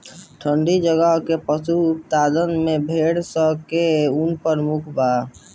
ठंडी जगह के पशुपालन उत्पाद में भेड़ स के ऊन प्रमुख बा